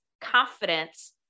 confidence